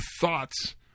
thoughts